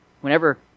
Whenever